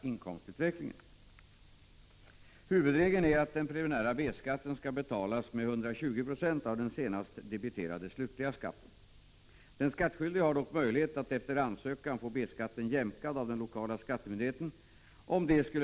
Underuttaget är ett problem i sig, men jag tror inte att man kan räkna med några positiva resultat av den metod som man nu har valt för att komma till rätta med detta.